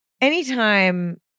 anytime